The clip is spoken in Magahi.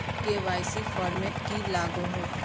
के.वाई.सी फॉर्मेट की लागोहो?